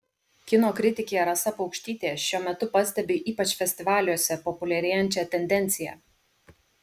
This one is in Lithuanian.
kino kritikė rasa paukštytė šiuo metu pastebi ypač festivaliuose populiarėjančią tendenciją